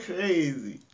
Crazy